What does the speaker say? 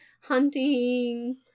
hunting